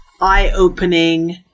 eye-opening